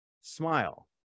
smile